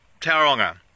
Tauranga